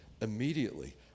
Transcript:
immediately